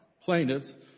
plaintiffs